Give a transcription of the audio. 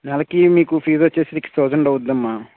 నెలకి మీకు ఫీజ్ వచ్చేసి సిక్స్ థౌసండ్ అవుతుంది అమ్మా